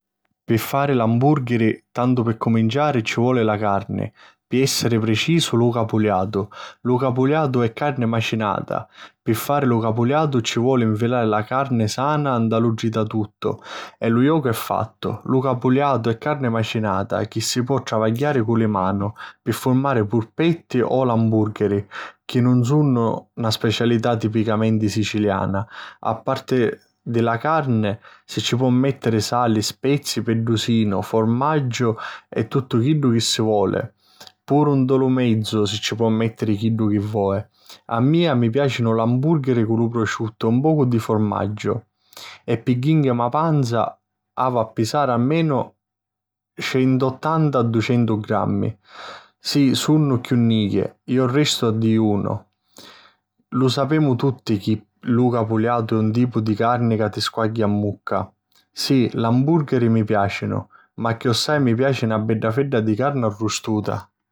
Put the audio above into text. Pi fari l'ambùrghiri, tantu p'accuminciari, ci voli la carni. Pi èssiri precisu: lu capuliatu. Lu capuliatu è carni macinata. Pi fari lu capuliatu, ci voli nfilari la carni sana nta lu tritatuttu e lu jocu è fattu. Lu capuliatu è carni macinata chi si po travagghiari cu li manu pi furmari purpetti o l'ambùrgheri chi nun sunnu na specialità tipicamenti siciliana. A parti di la carni, si ci po mèttiri sali, spezi, pitrusinu, furmaggiu e tuttu chiddu chi si voli. Puru nta lu menzu ci po mèttiri chiddu chi voi. A mia mi piàcinu l'ambùrghiri cu lu prosciuttu e un pocu di furmaggiu. E pi jinchirmi 'a panza, havi a pisari almenu centuttanta, ducentu grammi. Si sunnu chiù nichi, iu restu dijunu. Lu sapemu tutti chi lu capuliatu è un tipu di carni ca ti squagghia 'n vucca. Sì, l'ambùrgheri mi piàcinu; ma chiossai mi piaci na bedda fedda di carni arrustuta!